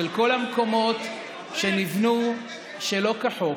עכשיו, של כל המקומות שנבנו שלא כחוק,